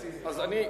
אז אני,